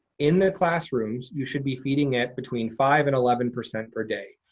in the classrooms, you should be feeding at between five and eleven percent per day.